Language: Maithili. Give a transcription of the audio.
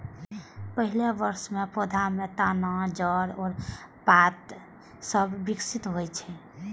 पहिल वर्ष मे पौधा मे तना, जड़ आ पात सभ विकसित होइ छै